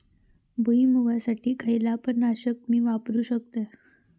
भुईमुगासाठी खयला तण नाशक मी वापरू शकतय?